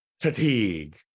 Fatigue